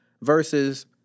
versus